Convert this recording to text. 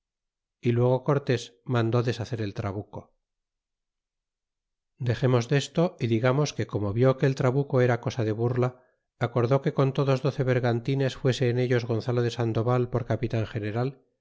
y luego cortés mande deshacer el trabnco dexemos desto y digamos que como vi que el trabuco era cosa de burla acordó que con todos doce bergantines fuese en ellos gonzalo de sandoval por capitan general